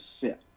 sit